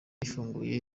ifunguwe